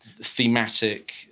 thematic